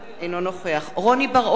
אינו נוכח רוני בר-און,